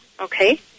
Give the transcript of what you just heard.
Okay